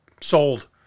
sold